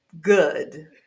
good